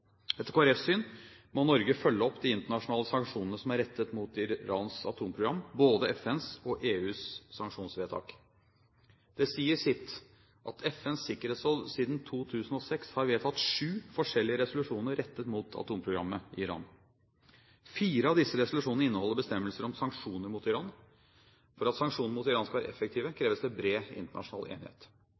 Etter Kristelig Folkepartis syn må Norge følge opp de internasjonale sanksjonene som er rettet mot Irans atomprogram, både FNs og EUs sanksjonsvedtak. Det sier sitt at FNs sikkerhetsråd siden 2006 har vedtatt sju forskjellige resolusjoner rettet mot atomprogrammet i Iran. Fire av disse resolusjonene inneholder bestemmelser om sanksjoner mot Iran. For at sanksjoner mot Iran skal være effektive, kreves det bred internasjonal enighet.